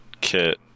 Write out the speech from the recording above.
kit